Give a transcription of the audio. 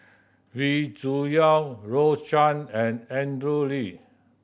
Wee Cho Yaw Rose Chan and Andrew Lee